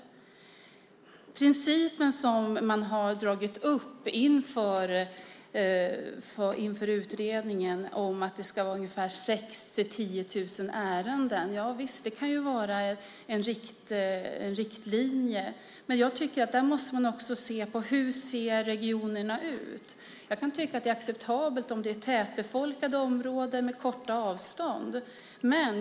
Den princip som dragits upp inför utredningen, att det ska vara 6 000-10 000 ärenden, visst, det kan vara en riktlinje, men man måste också se på hur regionerna ser ut. Jag kan tycka att det är acceptabelt om det är fråga om tätbefolkade områden med korta avstånd.